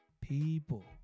people